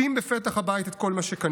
שים בפתח הבית את כל מה שקנית,